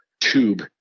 tube